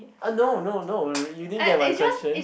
ah no no no you didn't get my question